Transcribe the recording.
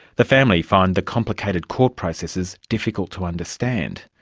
the family find the complicated court processes difficult to understand,